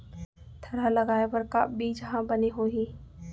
थरहा लगाए बर का बीज हा बने होही?